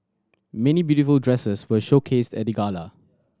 many beautiful dresses were showcased at the gala